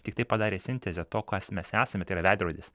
tiktai padarė sintezę to kas mes esame tai yra veidrodis